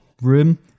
room